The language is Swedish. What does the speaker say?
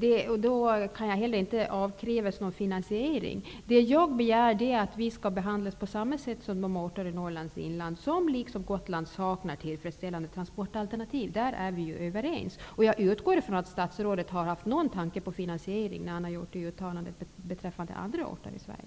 Jag kan då heller inte avkrävas någon finansiering. Det jag begär är att Gotland skall behandlas på samma sätt som de orter i Norrlands inland som liksom Gotland saknar tillfredsställande transportalternativ. Där är vi överens. Jag utgår från att statsrådet har haft någon tanke på finansiering när han har gjort detta uttalande beträffande andra orter i Sverige.